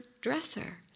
dresser